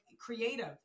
creative